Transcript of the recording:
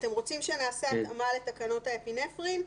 אתם רוצים שנעשה התאמה לתקנות האפינפרין?